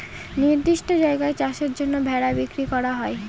নির্দিষ্ট জায়গায় চাষের জন্য ভেড়া বিক্রি করা হয়